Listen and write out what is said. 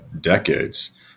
decades